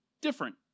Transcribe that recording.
Different